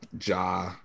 Ja